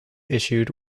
issued